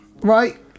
Right